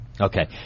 Okay